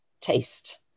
taste